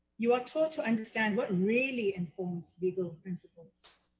you are told to understand what really informs legal principles,